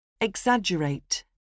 Exaggerate